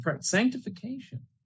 sanctification